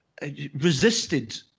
resisted